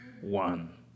One